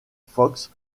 fox